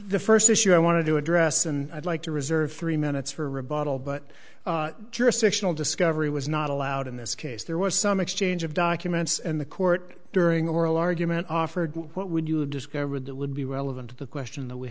the first issue i wanted to address and i'd like to reserve three minutes for rebuttal but jurisdictional discovery was not allowed in this case there was some exchange of documents and the court during oral argument offered what would you have discovered that would be relevant to the question that we